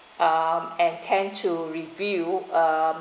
um and tend to review um